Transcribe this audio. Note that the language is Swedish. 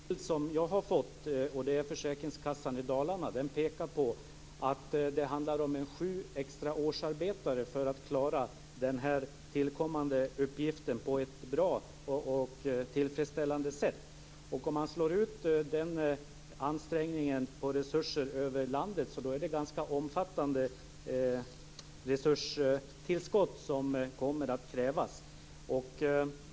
Fru talman! Jag tackar för svaret. Den bild som jag har fått, och det gäller Försäkringskassan i Dalarna, pekar på att det handlar om närmare sju extra årsarbetare för att klara den här tillkommande uppgiften på ett bra och tillfredsställande sätt. Om man slår ut den ansträngningen på resurser över hela landet är det ganska omfattande resurstillskott som kommer att krävas.